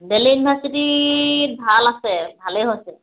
বেলেগ ইউনিভাৰ্ছিটিত ভাল আছে ভালে হৈছে